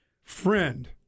friend